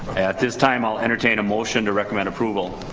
at this time i'll entertain a motion to recommend approval.